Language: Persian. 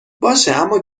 باشه، اما